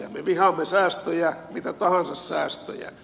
me vihaamme säästöjä mitä tahansa säästöjä